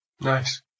Nice